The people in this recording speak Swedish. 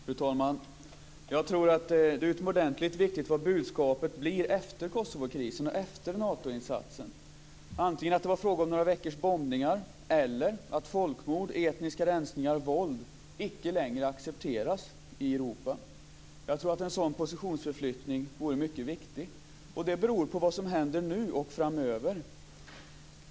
Fru talman! Jag tror att det är utomordentligt viktigt vad budskapet blir efter Kosovokrisen och efter Natoinsatsen. Antingen blir det att det var fråga om några veckors bombningar eller så blir det att folkmord, etniska rensningar och våld inte längre accepteras i Europa. Jag tror att en sådan positionsförflyttning vore mycket viktig. Det beror på vad som händer nu och framöver.